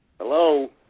Hello